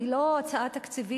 היא לא הצעה תקציבית.